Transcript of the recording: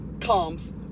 comes